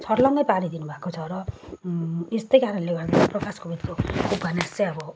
छर्लङ्ग पारिदिनुभएको छ र यस्तै कारणले गर्दा प्रकाश कोविदको उपन्यास चाहिँ अब